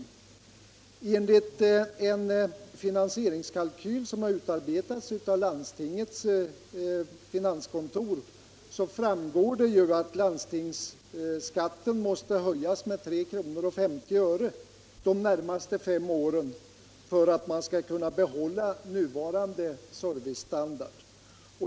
Av en finansierings 197 kalkyl som utarbetats av landstingets fastighetskontor framgår att landstingsskatten måste höjas med 3:50 kr. de närmaste fem åren för att man skall kunna behålla nuvarande servicestandard.